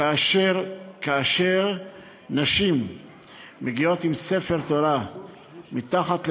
כאשר נשים מגיעות עם ספר תורה מתחת לבגדיהן,